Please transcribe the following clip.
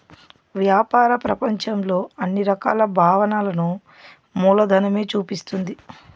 వ్యాపార ప్రపంచంలో అన్ని రకాల భావనలను మూలధనమే చూపిస్తుంది